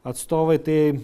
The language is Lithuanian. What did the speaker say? atstovai tai